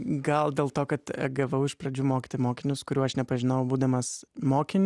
gal dėl to kad gavau iš pradžių mokyti mokinius kurių aš nepažinau būdamas mokiniu